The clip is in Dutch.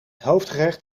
hoofdgerecht